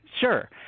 Sure